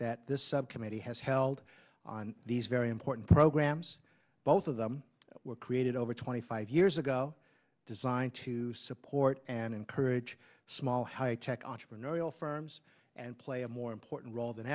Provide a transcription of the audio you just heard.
that this subcommittee has held on these very important programs both of them were created over twenty five years ago designed to support and encourage small high tech entrepreneurial firms and play a more important role than